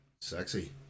Sexy